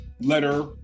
letter